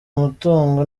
umutungo